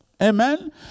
Amen